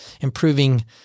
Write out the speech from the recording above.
improving